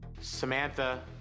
samantha